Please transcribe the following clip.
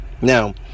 now